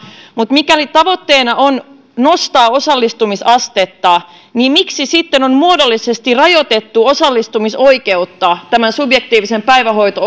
mutta mikäli tavoitteena on nostaa osallistumisastetta niin miksi sitten on muodollisesti rajoitettu osallistumisoikeutta tämän subjektiivisen päivähoito